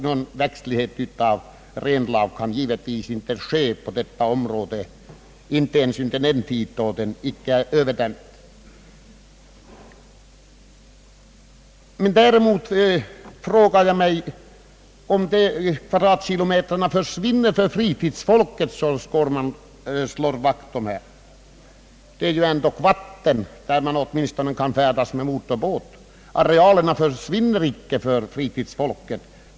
Någon växtlighet av renlav kan givetvis inte ske på detta område, inte ens under den tid då det icke är överdämt. Däremot frågar jag mig om dessa kvadratkilometer försvinner för fritidsfolket, som herr Skårman slår vakt om. Det finns ju ändock vatten, på vilket man åtminstone kan färdas med motorbåt. Arealerna försvinner icke för fritidsfolket.